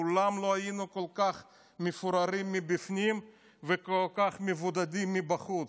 מעולם לא היינו כל כך מפוררים מבפנים וכל כך מבודדים מבחוץ.